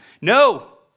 No